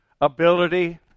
ability